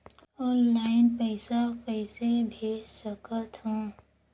Online पइसा कइसे भेज सकत हो?